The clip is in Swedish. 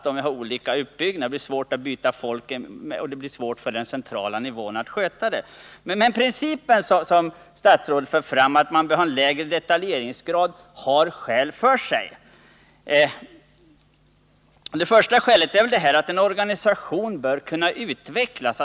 Det blir då svårt att byta folk, och det blir svårt för den centrala nivån att hålla ihop det hela. Men principen som statsrådet för fram, att man bör ha en lägre detaljeringsgrad, har skäl för sig. Det första skälet är att en organisation bör kunna utvecklas.